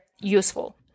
useful